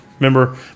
Remember